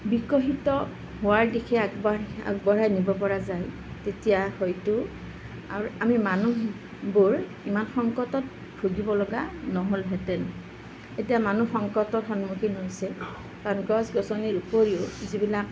বিকশিত হোৱাৰ দিশে আগবাঢ়া আগবঢ়াই নিব পৰা যায় তেতিয়া হয়তো আৰু আমি মানুহবোৰ ইমান সংকটত ভূগিব লগা নহ'লহেঁতেন এতিয়া মানুহ সংকটত সন্মুখীন হৈছে কাৰণ গছ গছনিৰ উপৰিও যিবিলাক